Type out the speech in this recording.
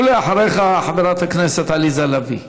ואחריך, חברת הכנסת עליזה לביא.